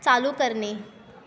चालू करणे